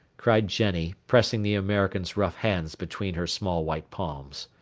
cried jenny, pressing the american's rough hands between her small white palms.